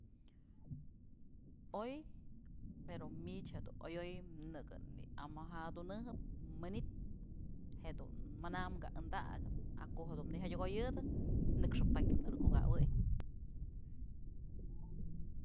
Oy pero mich jedun ayoy nëkë në'amajadunëjëp manytë jedun mana ka'a andakëp a ko'o jedun nëjadyëkoyëdë nëkxëp pakya nëkë kukawëy.